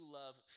love